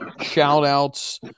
shout-outs